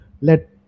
Let